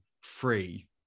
Free